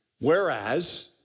Whereas